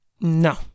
No